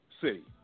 city